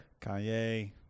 Kanye